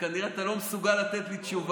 וכנראה אתה לא מסוגל לתת לי תשובה.